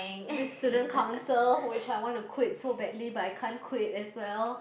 this student council which I want to quit so badly but I can't quit as well